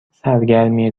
سرگرمی